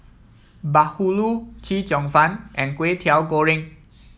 Bahulu Chee Cheong Fun and Kway Teow Goreng